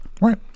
Right